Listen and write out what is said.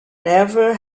never